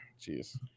jeez